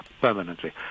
permanently